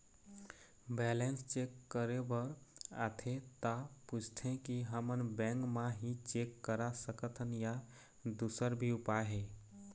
Balance check करे बर आथे ता पूछथें की हमन बैंक मा ही चेक करा सकथन या दुसर भी उपाय हे?